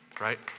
right